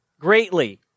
greatly